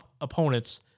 opponents